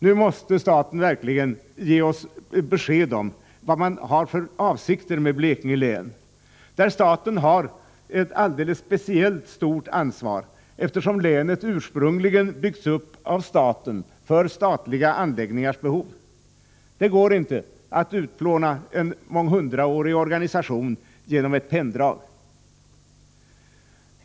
Nu måste staten verkligen ge oss besked om vad man har för avsikter med Blekinge län, där staten har ett alldeles speciellt stort ansvar, eftersom länet ursprungligen byggts upp av staten för statliga anläggningars behov. Det går inte att utplåna en månghundraårig organisation genom ett penndrag.